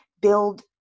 build